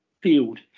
field